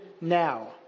now